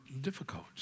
difficult